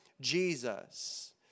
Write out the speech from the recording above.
Jesus